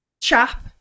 chap